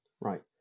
Right